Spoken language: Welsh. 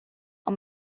ond